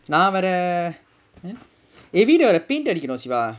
நா வேற:naa vera eh என் வீடு வேற:en veedu vera paint அடிக்கிறோம்:adikkirom shiva